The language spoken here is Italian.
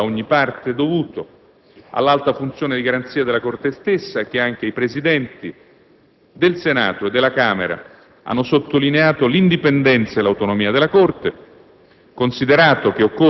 dell'assoluto rispetto da ogni parte dovuto all'alta funzione di garanzia della Corte stessa; e che anche i Presidenti del Senato e della Camera hanno sottolineato l'indipendenza e l'autonomia della Corte;